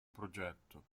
progetto